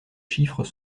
chiffres